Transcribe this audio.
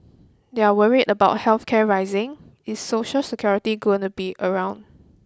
they're worried about health care rising is Social Security going to be around